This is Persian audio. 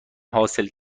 حاصل